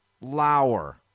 Lauer